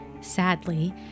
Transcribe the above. sadly